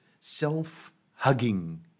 self-hugging